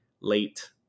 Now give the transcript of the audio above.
late